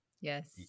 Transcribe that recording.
Yes